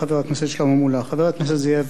חבר הכנסת זאב בילסקי, בבקשה.